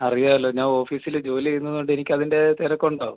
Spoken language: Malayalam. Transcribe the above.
അറിയാമല്ലോ ഞാൻ ഓഫീസില് ജോലി ചെയ്യുന്നത് കൊണ്ട് എനിക്ക് അതിൻ്റെ തിരക്കുണ്ടാവും